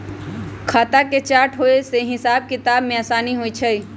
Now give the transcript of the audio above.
खता के चार्ट होय से हिसाब किताब में असानी होइ छइ